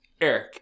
Eric